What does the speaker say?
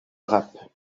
rap